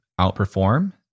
outperform